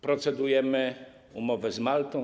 procedujmy umowę z Maltą.